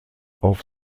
auf